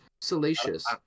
Salacious